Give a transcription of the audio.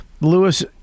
Lewis